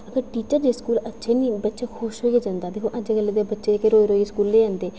अगर टीचर जेस स्कूल अच्छे नेईं होन बच्चे खुश होइयै जंदा दिक्खोअजकल दे बच्चे दिक्खो बच्चे रोई रोइयै स्कूल जंदे